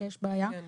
שיש בעיה.